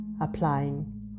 applying